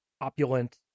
opulent